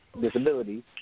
disabilities